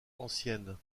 anciennes